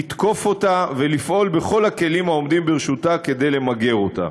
לתקוף אותה ולפעול בכל הכלים העומדים לרשותה כדי למגר אותה.